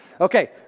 Okay